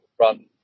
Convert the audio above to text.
run